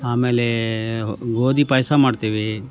ಆಮೇಲೆ ಗೋಧಿ ಪಾಯಸ ಮಾಡ್ತೇವೆ